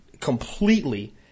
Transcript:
completely